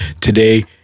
Today